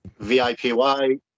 vipy